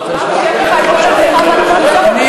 יש לך כל התמיכה, אני